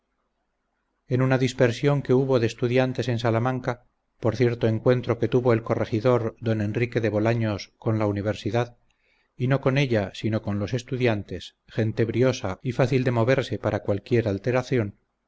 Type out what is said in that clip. en una dispersión que hubo de estudiantes en salamanca por cierto encuentro que tuvo el corregidor d enrique de bolaños con la universidad y no con ella sino con los estudiantes gente briosa y fácil de moverse para cualquiera alteración